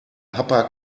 papa